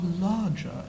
larger